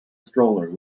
stroller